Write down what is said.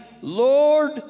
Lord